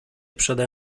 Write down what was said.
przede